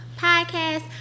podcast